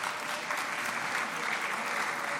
(חותם על ההצהרה)